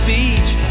Beach